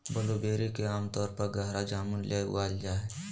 blueberry के आमतौर पर गहरा जामुन ले उगाल जा हइ